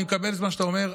אני מקבל את מה שאתה אומר.